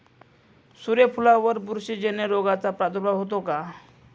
सूर्यफुलावर बुरशीजन्य रोगाचा प्रादुर्भाव होतो का?